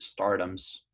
stardoms